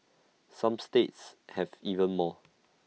some states have even more